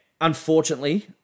unfortunately